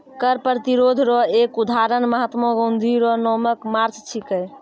कर प्रतिरोध रो एक उदहारण महात्मा गाँधी रो नामक मार्च छिकै